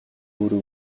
өөрөө